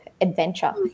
adventure